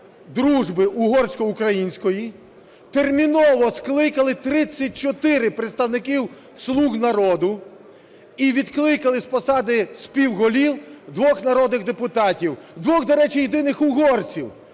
дружби угорсько-української терміново скликали 34 представника "Слуга народу" і відкликали з посади співголів, двох народних депутатів. Двох, до речі, єдиних угорців